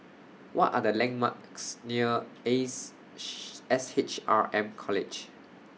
What Are The landmarks near Ace S H R M College